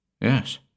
Yes